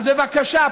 אז בבקשה,